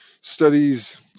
studies